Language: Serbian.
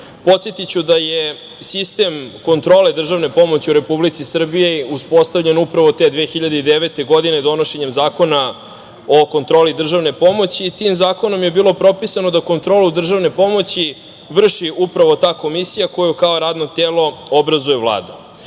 da je sistem kontrole državne pomoći u Republici Srbiji uspostavljen upravo te 2009. godine donošenjem Zakona o kontroli državne pomoći i tim zakonom je bilo propisano da kontrolu državne pomoći vrši upravo ta komisija koju kao radno telo obrazuje Vlada.